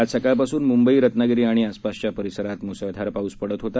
आज सकाळपासून म्बई रत्नागिरी आणि आसपासच्या परिसरात मुसळधार पाऊस पडत होता